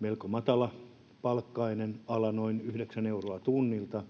melko matalapalkkainen ala noin yhdeksän euroa tunnilta